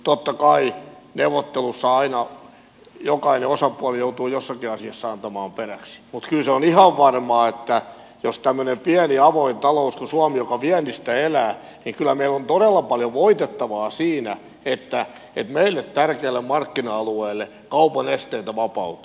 totta kai neuvottelussa aina jokainen osapuoli joutuu jossakin asiassa antamaan periksi mutta kyllä se on ihan varmaa että jos on tämmöinen pieni avoin talous kuin suomi joka viennistä elää niin kyllä meillä on todella paljon voitettavaa siinä että meille tärkeällä markkina alueella kaupan esteitä vapautuu